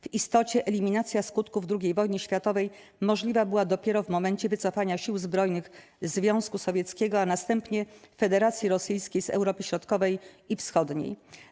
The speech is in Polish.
W istocie eliminacja skutków II wojny światowej możliwa była dopiero w momencie wycofania sił zbrojnych Związku Sowieckiego, a następnie Federacji Rosyjskiej z Europy Środkowej i Wschodniej.